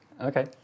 Okay